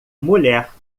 mulher